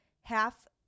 half –